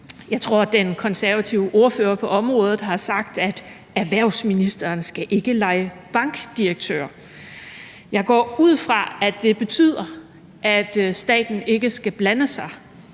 Jeg tror, at den konservative ordfører på området har sagt, at erhvervsministeren ikke skal lege bankdirektør. Jeg går ud fra, at det betyder, at staten ikke skal blande sig